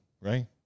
right